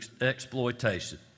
exploitation